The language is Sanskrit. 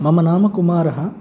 मम नाम कुमारः